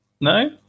no